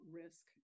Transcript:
risk